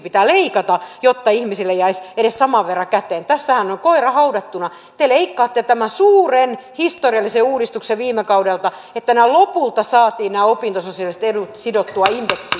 pitää leikata jotta ihmisille jäisi edes saman verran käteen tässähän on koira haudattuna te leikkaatte tämän suuren historiallisen uudistuksen viime kaudelta että lopulta saatiin nämä opintososiaaliset edut sidottua indeksiin